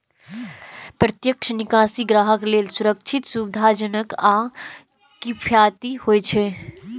प्रत्यक्ष निकासी ग्राहक लेल सुरक्षित, सुविधाजनक आ किफायती होइ छै